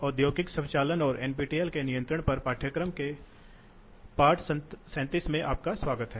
औद्योगिक स्वचालन और नियंत्रण के पाठ में आपका स्वागत है